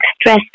stress